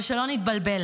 אבל שלא נתבלבל,